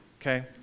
okay